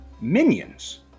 minions